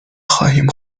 خواهیم